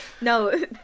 No